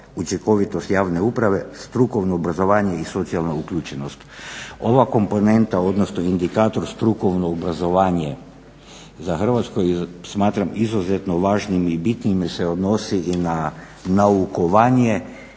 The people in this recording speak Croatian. učinkovitost javne uprave, strukovno obrazovanje i socijalna uključenost. Ova komponenta odnosno indikator strukovno obrazovanje za Hrvatsku smatram izuzetno važnim i bitnim jer se odnosi i na naukovanje,